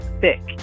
thick